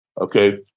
Okay